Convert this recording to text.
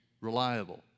reliable